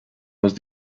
los